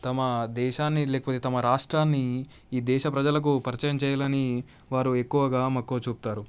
తమ దేశాన్ని లేకపోతే తమ రాష్ట్రాన్ని ఈ దేశ ప్రజలకు పరిచయం చేయాలని వారు ఎక్కువగా మక్కువ చూపుతారు